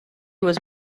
was